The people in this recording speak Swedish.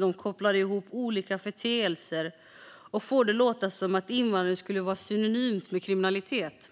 De kopplar ihop olika företeelser och får det att låta som att invandring skulle vara synonymt med kriminalitet.